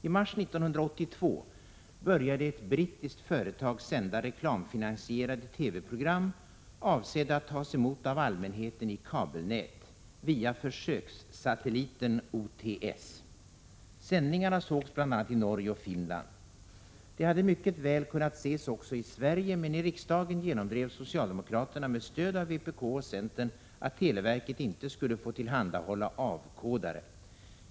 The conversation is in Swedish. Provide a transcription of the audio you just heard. I mars 1982 började ett brittiskt företag sända reklamfinansierade TV-program, avsedda att tas emot av allmänheten i kabelnät, via försökssatelliten OTS. Sändningarna sågs bl.a. i Norge och i Finland. De hade mycket väl kunnat ses också i Sverige, men i riksdagen genomdrev socialdemokraterna med stöd av vpk och centern att televerket inte skulle få tillhandahålla avkodare.